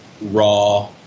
raw